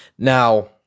Now